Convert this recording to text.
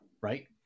right